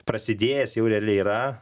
prasidėjęs jau realiai yra